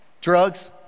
Drugs